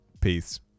Peace